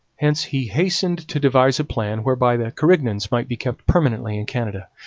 hence he hastened to devise a plan whereby the carignans might be kept permanently in canada.